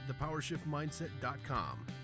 thepowershiftmindset.com